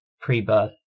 pre-birth